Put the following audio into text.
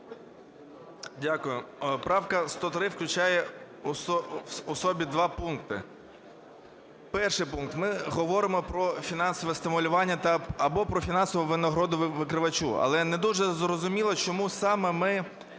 Дякую. Правка 103 включає в собі два пункти. Перший пункт. Ми говоримо про фінансове стимулювання та (або) про фінансову винагороду викривачу. Але не дуже зрозуміло, чому саме ми